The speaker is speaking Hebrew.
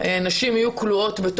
נשים יהיו כלואות,